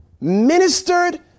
ministered